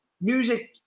music